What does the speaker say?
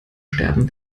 sterben